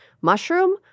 mushroom